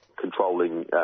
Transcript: controlling